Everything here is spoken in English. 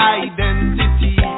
identity